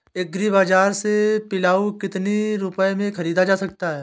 Agree बाजार से पिलाऊ कितनी रुपये में ख़रीदा जा सकता है?